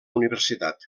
universitat